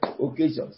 occasions